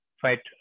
fight